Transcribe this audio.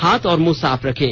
हाथ और मुंह साफ रखें